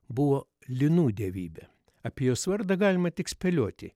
buvo linų dievybė apie jos vardą galima tik spėlioti